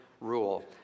rule